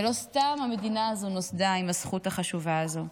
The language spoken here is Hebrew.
ולא סתם המדינה הזו נוסדה עם הזכות החשובה הזו.